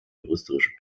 juristische